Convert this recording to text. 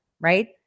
right